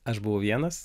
aš buvau vienas